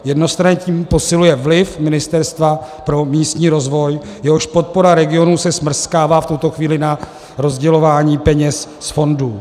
Jednostranně se tím posiluje vliv Ministerstva pro místní rozvoj, jehož podpora regionu se smrskává v tuto chvíli na rozdělování peněz z fondů.